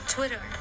Twitter